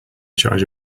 charge